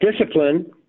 Discipline